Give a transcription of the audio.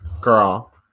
girl